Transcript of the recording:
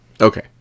Okay